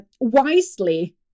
wisely